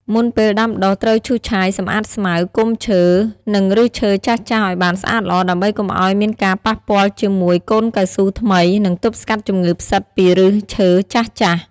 មុនពេលដាំដុះ ត្រូវឈូសឆាយសំអាតស្មៅ គុម្ពឈើ និងឬសឈើចាស់ៗឱ្យបានស្អាតល្អ ដើម្បីកុំឱ្យមានការប៉ះពាលជាមួយកូនកៅស៊ូថ្មី និងទប់ស្កាត់ជំងឺផ្សិតពីឫសឈើចាស់ៗ។